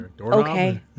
Okay